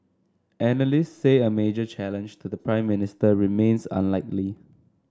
analysts say a major challenge to the Prime Minister remains unlikely